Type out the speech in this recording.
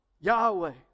Yahweh